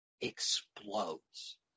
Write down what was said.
explodes